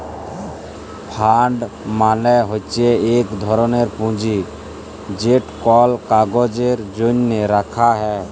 fund মালে হছে ইক ধরলের পুঁজি যেট কল কাজের জ্যনহে রাখা হ্যয়